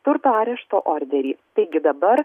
turto arešto orderį taigi dabar